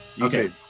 Okay